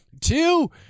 two